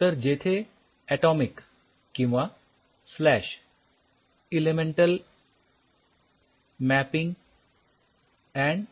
तर जेथे ऍटोमिक किंवा स्लॅश इलेमेंटल मॅपिंग अँड